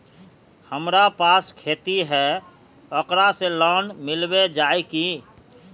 हमरा पास खेती है ओकरा से लोन मिलबे जाए की?